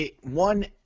One